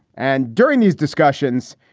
and during these discussions,